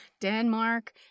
Denmark